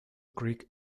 creek